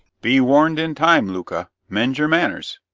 be warned in time, louka mend your manners.